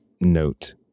note